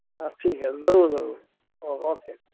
ہاں ٹھیک ہے ضرور ضرور او اوکے